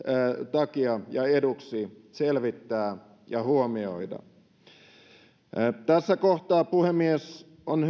takia ja eduksi selvittää ja huomioida tässä kohtaa puhemies on